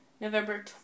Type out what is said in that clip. November